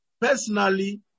personally